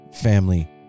family